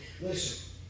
Listen